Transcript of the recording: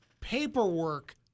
paperwork